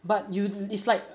but you it's like